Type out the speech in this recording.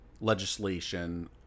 legislation